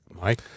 Mike